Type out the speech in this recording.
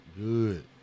Good